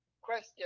question